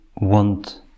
want